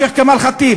השיח' כמאל ח'טיב,